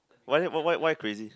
why leh why why why crazy